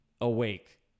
awake